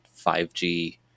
5G